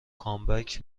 کامبک